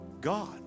God